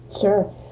Sure